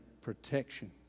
protection